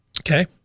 Okay